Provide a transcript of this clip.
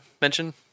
mention